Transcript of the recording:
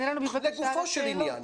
לגופו של עניין.